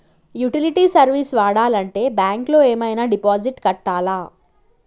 Utility service వాడాలంటే bank లో ఏమైనా డిపాజిట్ కట్టాలా?